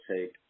take